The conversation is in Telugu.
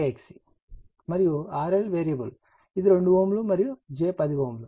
j XC మరియు RL వేరియబుల్ ఇది 2Ω మరియు j10 Ω